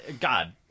God